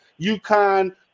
UConn